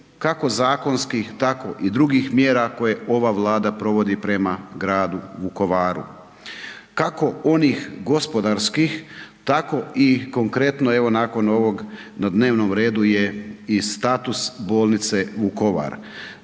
kako zakonskih tako i drugih mjera koje ova Vlada provodi prema gradu Vukovaru, kako onih gospodarskih tako i konkretno. Evo nakon ovog na dnevnom redu je i status Bolnice Vukovar.